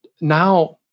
Now